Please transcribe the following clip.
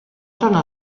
tornò